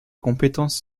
compétences